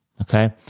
okay